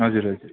हजुर हजुर